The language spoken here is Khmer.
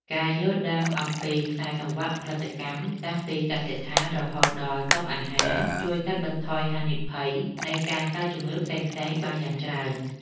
ការយល់ដឹងអំពីខ្សែសង្វាក់ផលិតកម្មតាំងពីកសិដ្ឋានរហូតដល់តុអាហារជួយកាត់បន្ថយហានិភ័យនៃការកើតជំងឺផ្សេងៗបានយ៉ាងច្រើន។